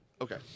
Okay